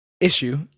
issue